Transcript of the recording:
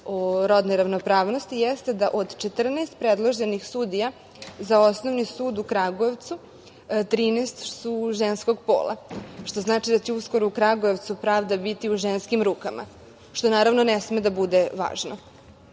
o rodnoj ravnopravnosti jeste da od 14 predloženih sudija za Osnovni sud u Kragujevcu, 13 su ženskog pola što znači da će uskoro u Kragujevcu pravda biti u ženskim rukama, što naravno ne sme da bude važno. Važno